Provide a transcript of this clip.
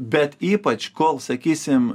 bet ypač kol sakysim